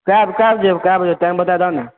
कए कए कए बजे टाइम बता देबै तब ने